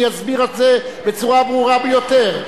אני אסביר את זה בצורה הברורה ביותר,